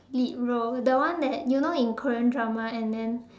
lead role the one that had you know in Korean drama and then